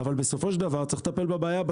בסופו של דבר צריך לטפל בשורש הבעיה.